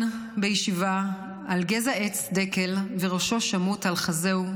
בישיבה על גזע עץ דקל וראשו שמוט על חזהו,